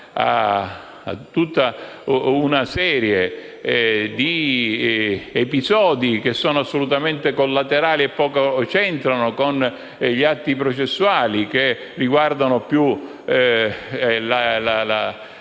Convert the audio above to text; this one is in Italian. a tutta una serie di episodi che sono assolutamente collaterali e poco c'entrano con gli atti processuali, che riguardano più la